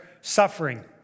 suffering